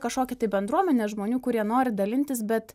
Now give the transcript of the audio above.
kažkokį tai bendruomenę žmonių kurie nori dalintis bet